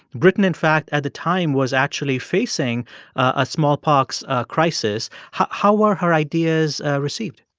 britain, in fact, at the time, was actually facing a smallpox crisis. how how were her ideas received?